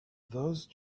those